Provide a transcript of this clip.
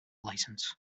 license